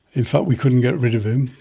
in fact we couldn't get rid of him.